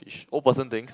which old person thinks